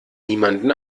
niemanden